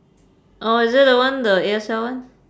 oh is the one the A_S_L one